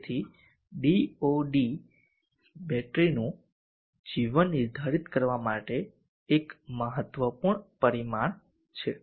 તેથી DoD એ બેટરીનું જીવન નિર્ધારિત કરવા માટે એક મહત્વપૂર્ણ પરિમાણ છે